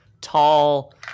tall